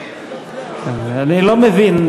אני לא מבין,